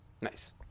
Nice